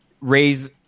raise